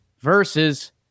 versus